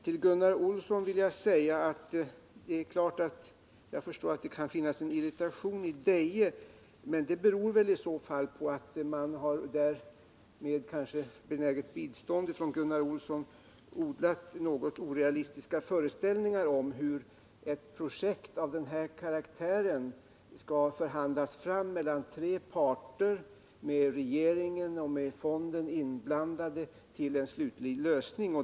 Till Gunnar Olsson vill jag säga att jag naturligtvis förstår att det kan finnas en irritation i Deje. Men det beror väl i så fall på att man där, kanske med benäget bistånd av Gunnar Olsson, kan ha odlat något orealistiska föreställningar om hur ett projekt av den här karaktären skall förhandlas fram mellan tre parter, med regeringen och fonden inblandade, till en slutlig lösning.